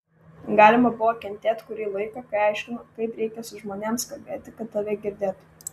galima buvo kentėt kurį laiką kai aiškino kaip reikia su žmonėms kalbėti kad tave girdėtų